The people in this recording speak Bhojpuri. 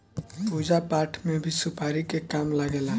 पूजा पाठ में भी सुपारी के काम लागेला